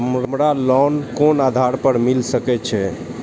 हमरा लोन कोन आधार पर मिल सके छे?